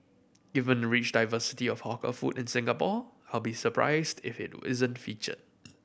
given the rich diversity of hawker food in Singapore I'll be surprised if it isn't feature